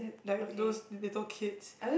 like those little kids